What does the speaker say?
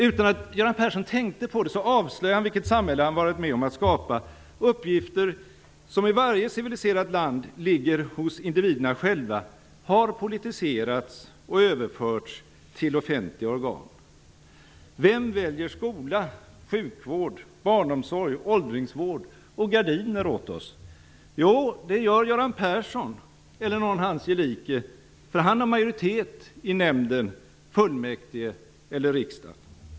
Utan att Göran Persson tänkte på det avslöjade han vilket samhälle han varit med om att skapa. Uppgifter som i varje civiliserat land ligger hos individerna själva har politiserats och överförts till offentliga organ. Vem väljer skola, sjukvård, barnomsorg, åldringsvård och gardiner åt oss? Jo, det gör Göran Persson eller någon hans gelike, för han har majoritet i nämnden, fullmäktige eller riksdagen bakom sig.